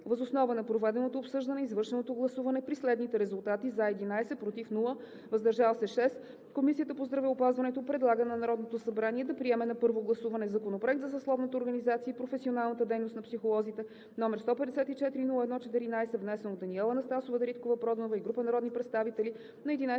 Въз основа на проведеното обсъждане и извършеното гласуване при следните резултати „за“ – 11, без „против“, „въздържал се“ – 6, Комисия по здравеопазването предлага на Народното събрание да приеме на първо гласуване Законопроект за съсловната организация и професионалната дейност на психолозите, № 154-01-14, внесен от Даниела Анастасова Дариткова-Проданова и група народни представители на 11